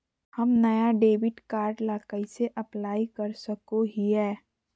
हम नया debit card ला कइसे अप्लाई कर सको हियै?